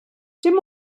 dim